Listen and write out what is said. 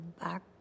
back